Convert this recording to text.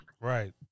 Right